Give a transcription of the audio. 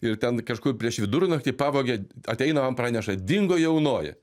ir ten kažkur prieš vidurnaktį pavogė ateina man praneša dingo jaunoji